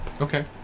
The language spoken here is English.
Okay